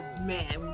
Man